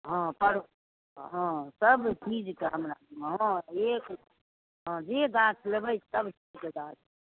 हँ परो हँ सबचीजके हमरा हँ एक हँ जे गाछ लेबै सबके गाछ